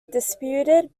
disputed